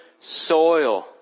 soil